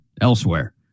elsewhere